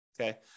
okay